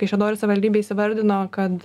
kaišiadorių savivaldybė įsivardino kad